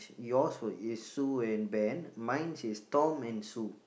yours is Sue and Ben mine is Tom and Sue